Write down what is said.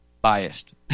biased